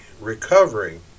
recovering